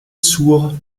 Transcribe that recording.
sur